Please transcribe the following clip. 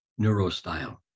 neurostyle